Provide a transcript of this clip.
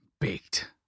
baked